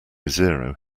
zero